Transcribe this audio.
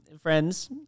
Friends